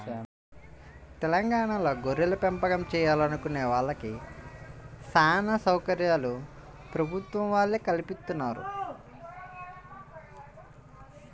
తెలంగాణాలో గొర్రెలపెంపకం చేయాలనుకునే వాళ్ళకి చానా సౌకర్యాలు ప్రభుత్వం వాళ్ళే కల్పిత్తన్నారు